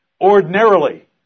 Ordinarily